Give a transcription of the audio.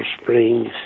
Springs